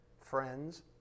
friends